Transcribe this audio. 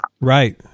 Right